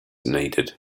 needed